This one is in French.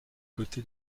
côté